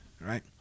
Right